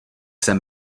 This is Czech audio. sem